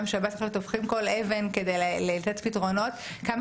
גם שב"ס פשוט הופכים כל אבן כדי לתת פתרונות כמה